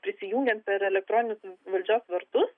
prisijungiant per elektroninius valdžios vartus